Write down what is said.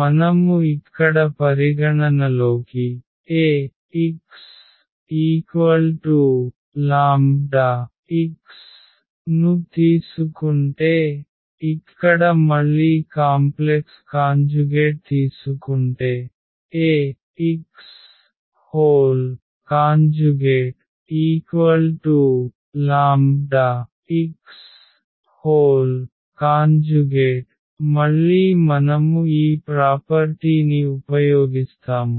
మనము ఇక్కడ పరిగణనలోకి Ax λx ను తీసుకుంటే ఇక్కడ మళ్ళీ కాంప్లెక్స్ కాంజుగేట్ తీసుకుంటే Axλx మళ్ళీ మనము ఈ ప్రాపర్టీని ఉపయోగిస్తాము